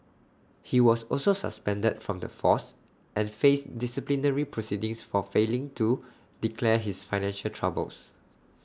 he was also suspended from the force and faced disciplinary proceedings for failing to declare his financial troubles